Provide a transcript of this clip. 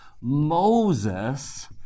Moses